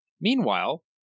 meanwhile